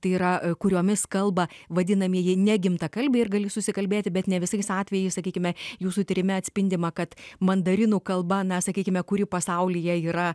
tai yra kuriomis kalba vadinamieji negimtakalbiai ir gali susikalbėti bet ne visais atvejais sakykime jūsų tyrime atspindima kad mandarinų kalba na sakykime kuri pasaulyje yra